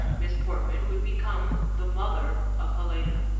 miss portman would become the mother of helena!